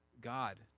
God